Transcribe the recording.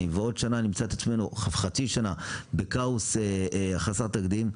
ואם נמצא את עצמנו בעוד חצי שנה בכאוס חסר תקדים.